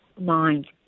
mind